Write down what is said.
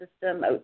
system